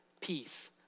peace